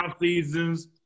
Seasons